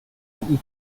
and